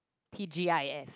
T G I F